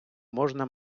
можна